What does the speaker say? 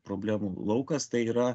problemų laukas tai yra